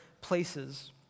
places